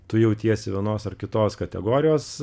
tu jautiesi vienos ar kitos kategorijos